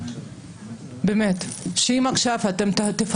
בוא רק תעדכן אותנו,